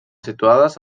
situades